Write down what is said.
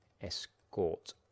Escort